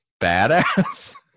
badass